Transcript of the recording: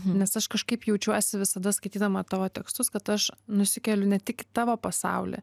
nes aš kažkaip jaučiuosi visada skaitydama tavo tekstus kad aš nusikeliu ne tik į tavo pasaulį